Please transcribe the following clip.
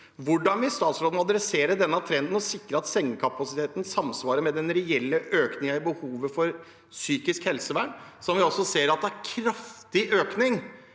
Hvordan vil statsråden gjøre noe med denne trenden og sikre at sengekapasiteten samsvarer med den reelle økningen i behovet for psykisk helsevern, hvor vi ser det er kraftig økning